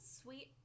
sweet